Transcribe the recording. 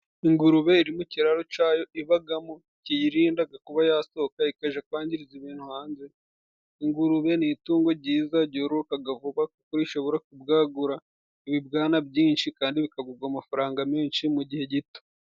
Ingurube iri mu kiraro cayo ibagamo kiyirindaga kuba yasohoka ikaja kwangiriza ibintu hanze .Ingurube ni itungo jyiza jyororokaga vuba kuko rishobora kubwagura ibibwana byinshi kandi bikagugwa amafaranga menshi mu gihe gito.